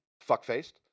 fuck-faced